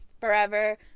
forever